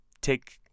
take